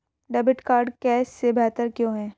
Debit card cash से बेहतर क्यों है?